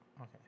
Okay